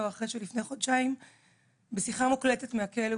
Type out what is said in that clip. אחרי שלפני חודשיים בשיחה מוקלטת מהכלא,